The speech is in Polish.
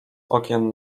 okien